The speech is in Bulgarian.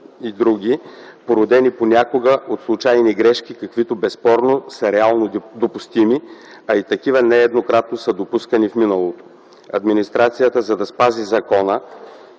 и др., породени понякога от случайни грешки, каквито безспорно са реално допустими, а и такива нееднократно са допускани в миналото. Администрацията, за да спази закона